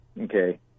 okay